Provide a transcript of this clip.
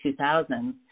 2000s